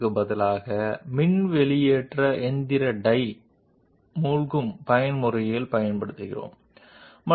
But the problem remains initially how do we produce this complex 3 dimensional shape on the this time now on the electrodes